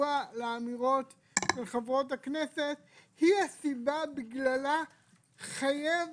כתשובה לאמירות של חברות הכנסת היא הסיבה בגללה חייבות